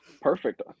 perfect